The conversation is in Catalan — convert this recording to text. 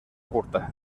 curta